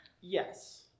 Yes